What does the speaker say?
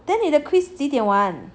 then 你的几点完